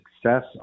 success